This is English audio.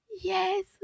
yes